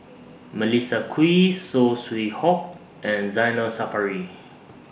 Melissa Kwee Saw Swee Hock and Zainal Sapari